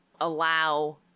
allow